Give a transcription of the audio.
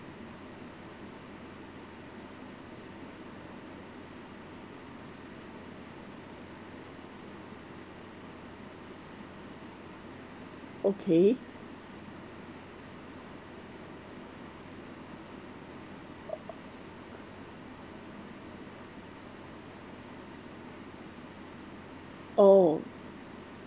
okay oh